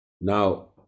now